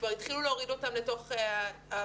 כבר התחילו להוריד אותם לתוך הוועדות.